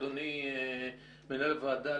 אדוני מנהל הוועדה,